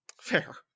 Fair